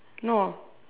no